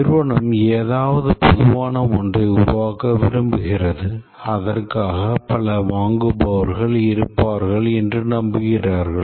நிறுவனம் ஏதாவது பொதுவான ஒன்றை உருவாக்க விரும்புகிறது அதற்காக பல வாங்குபவர்கள் இருப்பார்கள் என்று நம்புகிறார்கள்